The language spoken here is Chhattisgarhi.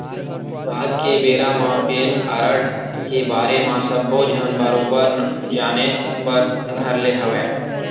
आज के बेरा म पेन कारड के बारे म सब्बो झन बरोबर जाने बर धर ले हवय